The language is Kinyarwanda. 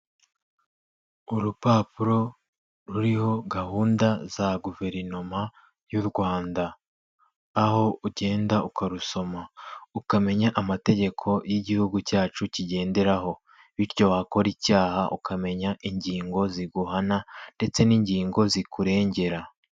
Urupapuro ruriho gahunda za guverinoma y'u Rwanda aho ugenda ukarusoma ukamenya amategeko y'igihugu cyacu kigenderaho, bityo wakora icyaha ukamenya ingingo ziguhana, ndetse n'ingingo zikurengera.